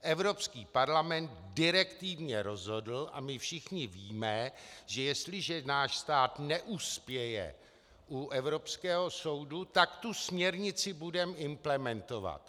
Evropský parlament direktivně rozhodl a my všichni víme, že jestliže náš stát neuspěje u evropského soudu, tak tu směrnici budeme muset implementovat.